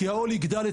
לצערנו העול יגדל,